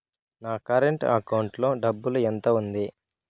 నా current account లో డబ్బులు ఎంత ఉంది?